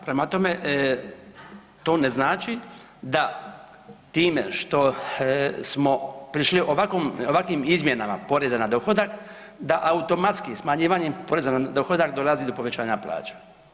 Prema tome, to ne znači da time što smo prišli ovakvim izmjenama poreza na dohodak da automatski smanjivanjem poreza na dohodak dolazi do povećanja plaće.